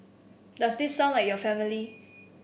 does this sound like your family